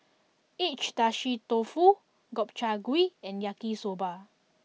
Agedashi Dofu Gobchang Gui and Yaki Soba